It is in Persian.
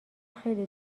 خیلی